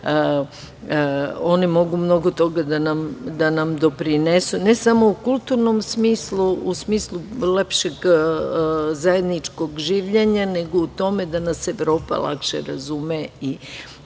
one mogu mnogo toga da nam doprinesu, ne samo u kulturnom smislu, u smislu lepšeg zajedničkog življenja, nego u tome da nas Evropa lakše razume, a to